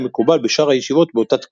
דבר שלא היה מקובל בשאר הישיבות באותה תקופה.